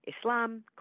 Islam